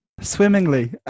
Swimmingly